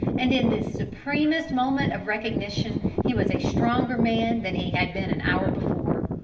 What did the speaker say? and in this supremest moment of recognition he was a stronger man than he had been an hour before.